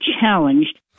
challenged